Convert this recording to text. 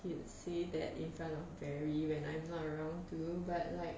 he'll say that in front of barry when I'm not around too but like